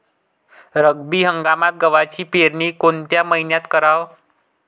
रब्बी हंगामात गव्हाची पेरनी कोनत्या मईन्यात कराव?